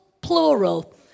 plural